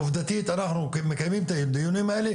עובדתית אנחנו מקיימים את הדיונים האלה,